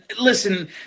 listen